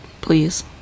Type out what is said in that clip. please